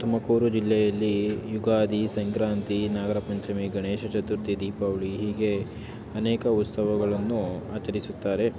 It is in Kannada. ತುಮಕೂರು ಜಿಲ್ಲೆಯಲ್ಲಿ ಯುಗಾದಿ ಸಂಕ್ರಾಂತಿ ನಾಗರ ಪಂಚಮಿ ಗಣೇಶ ಚತುರ್ಥಿ ದೀಪಾವಳಿ ಹೀಗೆ ಅನೇಕ ಉತ್ಸವಗಳನ್ನು ಆಚರಿಸುತ್ತಾರೆ